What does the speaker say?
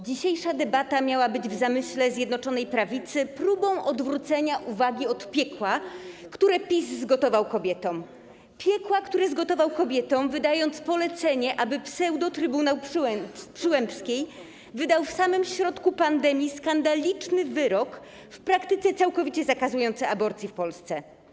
Dzisiejsza debata miała być w zamyśle Zjednoczonej Prawicy próbą odwrócenia uwagi od piekła, które PiS zgotował kobietom, piekła, które zgotował kobietom, wydając polecenie, aby pseudotrybunał Przyłębskiej wydał w samym środku pandemii skandaliczny wyrok w praktyce całkowicie zakazujący aborcji w Polsce.